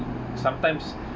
sometimes